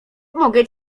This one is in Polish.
mogę